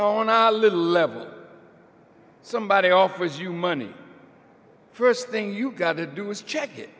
now little level somebody offers you money first thing you've got to do is check it